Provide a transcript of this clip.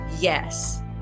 yes